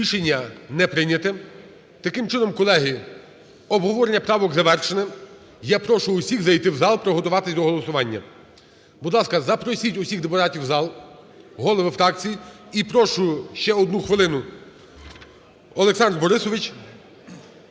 Рішення не прийняте. Таким чином, колеги, обговорення правок завершене. Я прошу всіх зайти в зал приготуватись до голосування. Будь ласка, запросіть всіх депутатів в зал, голови фракцій і прошу ще одну хвилину Олександр Борисович.